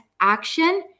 action